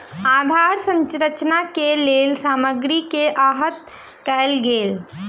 आधार संरचना के लेल सामग्री के आयत कयल गेल